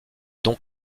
donc